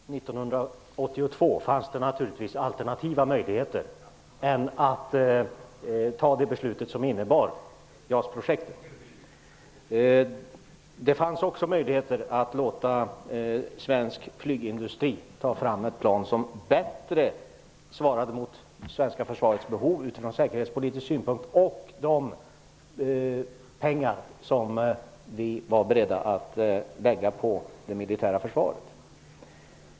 Herr talman! 1982 fanns det naturligtvis andra möjligheter än att fatta det beslut som innebar JAS projektet. Det fanns också möjligheter att låta svensk flygindustri ta fram ett plan som bättre svarade mot svenska försvarets behov utifrån säkerhetspolitisk synpunkt och de kostnader som vi var beredda att lägga ut på det militära försvaret.